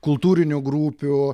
kultūrinių grupių